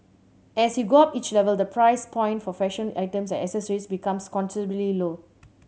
as you go up each level the price point for fashion items and accessories becomes considerably low